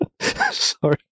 Sorry